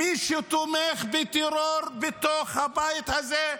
מי שתומך בטרור בתוך הבית הזה,